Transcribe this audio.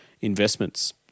investments